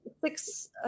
six